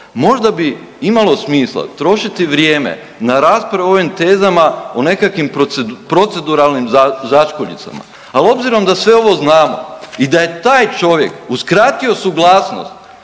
možda bi imalo smisla trošiti vrijeme na rasprave o ovim tezama o nekakvim proceduralnim začkuljicama. Ali obzirom da sve ovo znamo i da je taj čovjek uskratio suglasnost